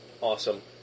awesome